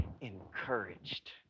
encouraged